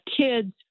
kids